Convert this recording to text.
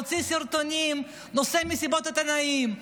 מוציא סרטונים ועושה מסיבות עיתונאים,